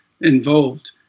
involved